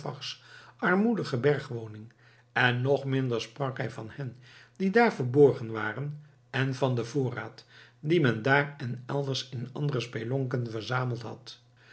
stauffachers armoedige bergwoning en nog minder sprak hij van hen die daar verborgen waren en van den voorraad dien men daar en elders in andere spelonken verzameld had